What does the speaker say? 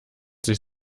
sich